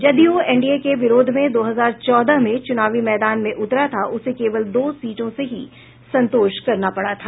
JDU NDA के विरोध में दो हजार चौदह में चुनावी मैदान में उतरा था उसे केवल दो सीटों से ही संतोष करना पड़ा था